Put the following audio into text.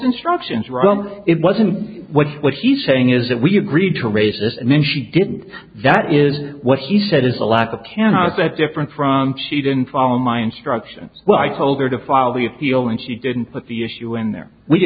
instructions from it wasn't what what he's saying is that we agreed to raise this and then she did that is what he said is a lack of can not that different from she didn't follow my instructions well i told her to follow you feel and she didn't put the issue in there we